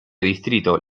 distrito